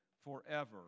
forever